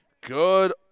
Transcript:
Good